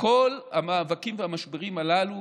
בכל המאבקים והמשברים הללו